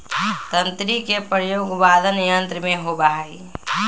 तंत्री के प्रयोग वादन यंत्र में होबा हई